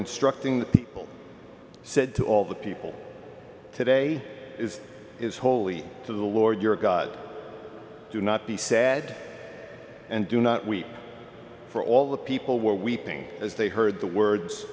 instructing the people said to all the people today is is holy to the lord your god do not be sad and do not weep for all the people were weeping as they heard the words